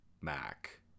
Mac